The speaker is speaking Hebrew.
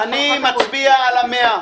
אני מצביע על ה-100,000.